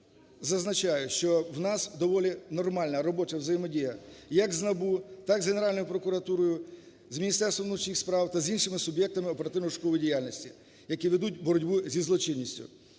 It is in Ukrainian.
зазначаю, що в нас доволі нормальна робоча взаємодія як з НАБУ, так і з Генеральною прокуратурою, з Міністерством внутрішніх справ та з іншими суб'єктами оперативно-розшукової діяльності, які ведуть боротьбу зі злочинністю.